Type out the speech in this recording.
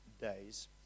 days